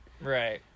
Right